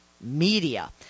media